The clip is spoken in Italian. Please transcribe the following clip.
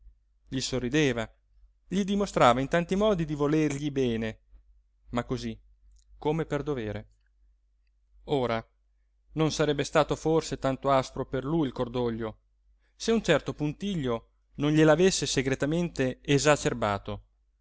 gli sorrideva gli dimostrava in tanti modi di volergli bene ma cosí come per dovere ora non sarebbe stato forse tanto aspro per lui il cordoglio se un certo puntiglio non glie l'avesse segretamente esacerbato